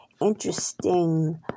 interesting